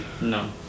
No